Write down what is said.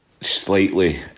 Slightly